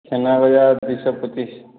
ଛେନା ଗଜା ଦୁଇଶହ ପଚିଶ